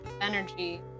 energy